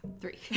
Three